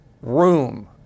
room